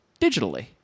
digitally